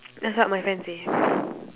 that's what my friend say